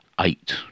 eight